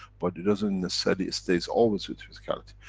but it doesn't necessarily stays always with physicality.